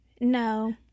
no